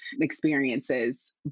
experiences